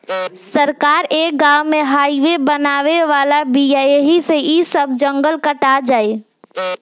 सरकार ए गाँव में हाइवे बनावे वाला बिया ऐही से इ सब जंगल कटा जाई